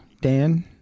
Dan